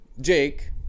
Jake